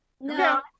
no